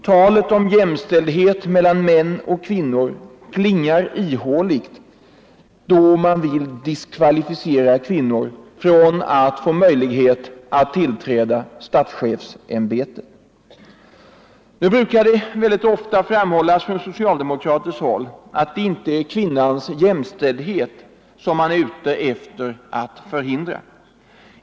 Talet om jämställdhet mellan könen klingar ihåligt då man vill diskvalificera kvinnor från möjlighet att tillträda statschefsämbetet. Nu brukar det ibland framhållas från socialdemokratiskt håll att det inte är kvinnans jämställdhet man vill förhindra.